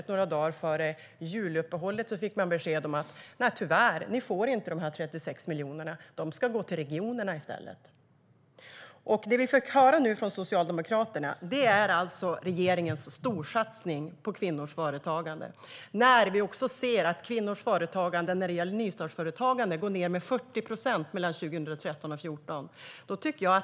Några dagar före juluppehållet fick man plötsligt besked om att man inte skulle få sina 36 miljoner, för de skulle gå till regionerna i stället. Det vi fick höra från Socialdemokraterna är alltså regeringens storsatsning på kvinnors företagande. Kvinnors nystartsföretagande gick ned med 40 procent mellan 2013 och 2014.